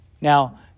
Now